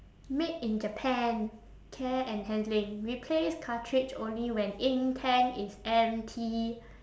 made in japan care and handling replace cartridge only when ink tank is empty